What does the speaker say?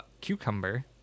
cucumber